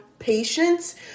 Patience